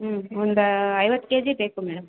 ಹ್ಞೂ ಒಂದು ಐವತ್ತು ಕೇ ಜಿ ಬೇಕು ಮೇಡಮ್